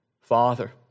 Father